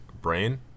brain